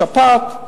שפעת,